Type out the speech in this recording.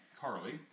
Carly